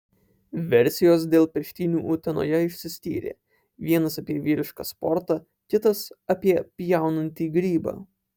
versijos dėl peštynių utenoje išsiskyrė vienas apie vyrišką sportą kitas apie pjaunantį grybą